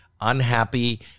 unhappy